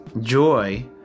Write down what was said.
Joy